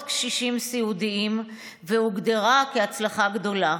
קשישים סיעודיים והוגדרה כהצלחה גדולה,